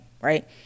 right